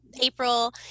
april